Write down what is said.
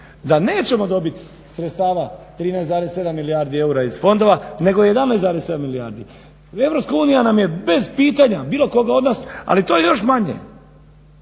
da nećemo dobiti sredstva 13,7 milijardi eura iz fondova nego 11,7 milijardi. EU nam je bez pitanja bilo koga od nas ali to je još manje